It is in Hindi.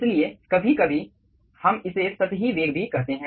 इसलिए कभी कभी हम इसे सतही वेग भी कहते हैं